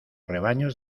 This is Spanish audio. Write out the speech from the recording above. rebaños